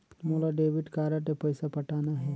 मोला debit card ले पइसा पटाना हे?